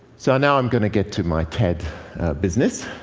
so now i'm going to get to my ted business.